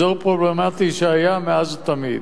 אזור פרובלמטי מאז ומתמיד.